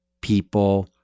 people